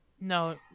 No